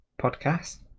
podcast